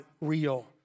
real